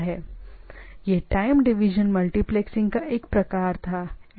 तो time division के मामले में सॉरी टाइम डिविजन मल्टीप्लेक्सिंग का एक प्रकार का था इसलिए हमारे पास क्या है